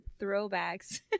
throwbacks